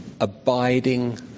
abiding